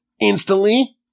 instantly